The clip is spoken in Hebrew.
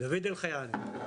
דוד אלחייני.